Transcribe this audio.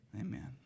amen